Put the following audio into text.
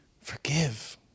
Forgive